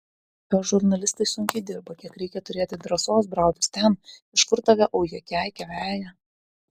jos žurnalistai sunkiai dirba kiek reikia turėti drąsos brautis ten iš kur tave uja keikia veja